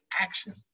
action